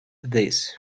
this